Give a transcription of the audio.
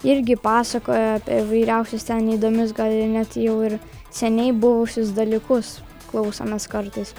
irgi pasakoja apie įvairiausius ten įdomius gal net jau ir seniai buvusius dalykus klausomės kartais